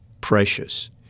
precious